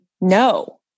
no